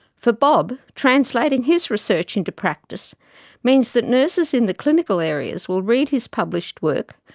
for bob, translating his research into practice means that nurses in the clinical areas will read his published work,